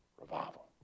revival